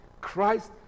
Christ